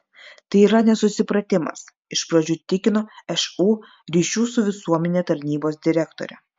tai yra nesusipratimas iš pradžių tikino šu ryšių su visuomene tarnybos direktorė